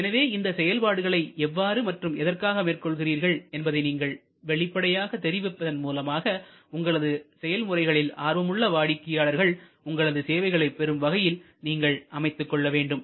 எனவே இந்த செயல்பாடுகளை எவ்வாறு மற்றும் எதற்காக மேற்கொள்கிறார்கள் என்பதை நீங்கள் வெளிப்படையாக தெரிவிப்பதன் மூலமாக உங்களது செயல்முறைகளில் ஆர்வமுள்ள வாடிக்கையாளர்கள் உங்களது சேவைகளை பெறும் வகையில் நீங்கள் அமைத்துக் கொள்ளவேண்டும்